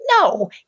No